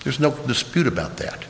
there's no dispute about that